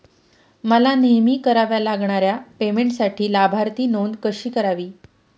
मला नेहमी कराव्या लागणाऱ्या पेमेंटसाठी लाभार्थी नोंद कशी करावी?